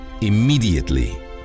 immediately